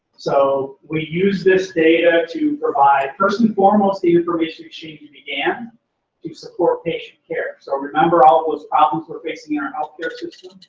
so we use this data to provide. first and foremost, the information exchange and began to support patient care. so remember all those problems we're facing in our healthcare system?